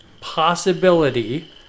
possibility